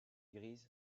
grise